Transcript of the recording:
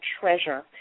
treasure